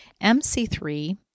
MC3